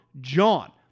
JOHN